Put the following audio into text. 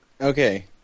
Okay